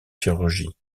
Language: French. chirurgie